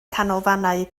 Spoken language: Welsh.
canolfannau